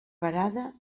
varada